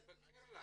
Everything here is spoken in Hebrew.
זה על יד קרלה.